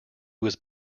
was